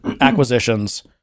acquisitions